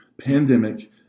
pandemic